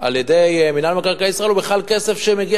על-ידי מינהל מקרקעי ישראל הוא בכלל כסף שמגיע